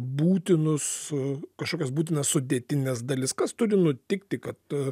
būtinus kažkokias būtinas sudėtines dalis kas turi nutikti kad